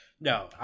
No